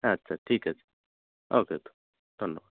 আচ্ছা ঠিক আছে ওকে ওকে ধন্যবাদ